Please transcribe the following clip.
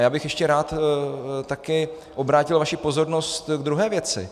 A já bych ještě rád taky obrátil vaši pozornost k druhé věci.